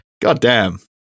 goddamn